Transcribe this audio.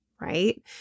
right